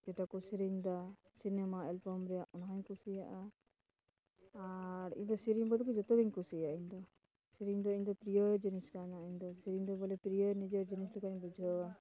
ᱡᱮᱴᱟ ᱠᱚ ᱥᱮᱨᱮᱧᱮᱫᱟ ᱥᱤᱱᱮᱢᱟ ᱮᱞᱵᱟᱢ ᱨᱮᱭᱟᱜ ᱚᱱᱟ ᱦᱚᱧ ᱠᱩᱥᱤᱭᱟᱜᱼᱟ ᱟᱨ ᱤᱧᱫᱚ ᱥᱮᱨᱮᱧ ᱵᱚᱞᱛᱮ ᱡᱚᱛᱚ ᱜᱮᱧ ᱠᱩᱥᱤᱭᱟᱜᱼᱟ ᱤᱧᱫᱚ ᱥᱮᱨᱮᱧ ᱫᱚ ᱤᱧᱫᱚ ᱯᱨᱤᱭᱳ ᱡᱤᱱᱤᱥ ᱠᱟᱱᱟ ᱤᱧᱫᱚ ᱥᱮᱨᱮᱧ ᱫᱚ ᱵᱚᱞᱮ ᱯᱨᱤᱭᱳ ᱱᱤᱡᱮᱨ ᱡᱤᱱᱤᱥ ᱞᱮᱠᱟᱹᱧ ᱵᱩᱡᱷᱟᱹᱣᱟ